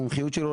המומחיות שלו,